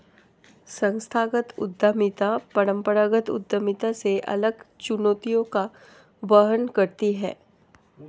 संस्थागत उद्यमिता परंपरागत उद्यमिता से अलग चुनौतियों का वहन करती है